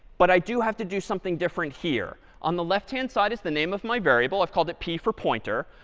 but i do have to do something different here. on the left hand side is the name of my variable. i've called it p, for pointer.